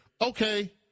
okay